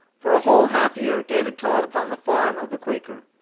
for a whole half-year david toiled upon the farm of the quaker,